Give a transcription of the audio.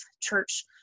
Church